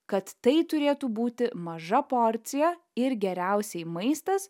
kad tai turėtų būti maža porcija ir geriausiai maistas